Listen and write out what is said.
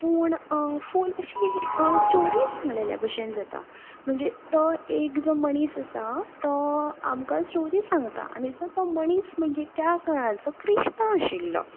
पूण फूल अशी स्टोरी सांगलेल्या भशेन जाता म्हणजे तो एक जो मनीस आसा तो आमकां स्टोरी सांगता आनी जो तो मणीस म्हणजे त्या काळाचो कृष्णा आशिल्लो